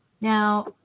Now